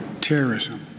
terrorism